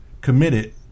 committed